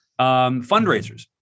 fundraisers